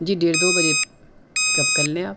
جی ڈیڑھ دو بجے پک اپ کر لیں آپ